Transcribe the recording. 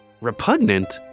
Repugnant